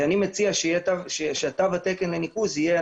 אני מציע שתו התקן לניקוז יהיה ,